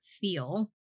feel